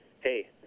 hey